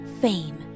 fame